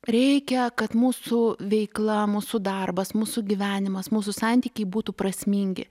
reikia kad mūsų veikla mūsų darbas mūsų gyvenimas mūsų santykiai būtų prasmingi